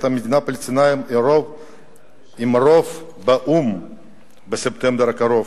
מדינה פלסטינית עם רוב באו"ם בספטמבר הקרוב.